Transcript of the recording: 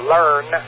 Learn